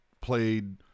played